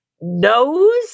nose